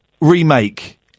remake